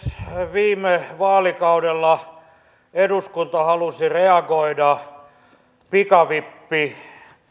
viime vaalikaudella eduskunta halusi reagoida pikavippibisneksen